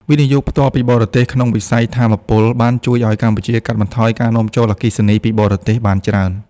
វិនិយោគផ្ទាល់ពីបរទេស ក្នុងវិស័យថាមពល បានជួយឱ្យកម្ពុជាកាត់បន្ថយការនាំចូលអគ្គិសនីពីបរទេសបានច្រើន។